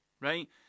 right